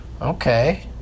Okay